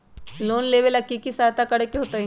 Loan लेबे ला की कि करे के होतई?